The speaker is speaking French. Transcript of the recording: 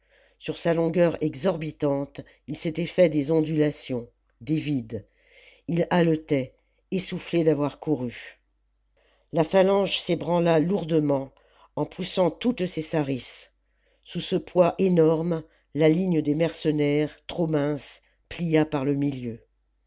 sur sa longueur exorbitante il s'était fait des ondulations des vides ils haletaient essoufflés d'avoir couru la phalange s'ébranla lourdement en poussant toutes ses sarisses sous ce poids énorme la ligne des mercenaires trop mince plia par le milieu